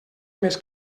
més